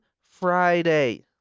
Friday